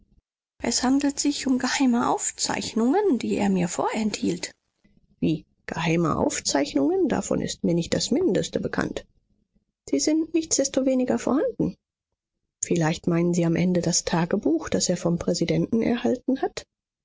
es handelt sich um geheime aufzeichnungen die er mir vorenthielt wie geheime aufzeichnungen davon ist mir nicht das mindeste bekannt sie sind nichtsdestoweniger vorhanden vielleicht meinen sie am ende das tagebuch das er vom präsidenten erhalten hat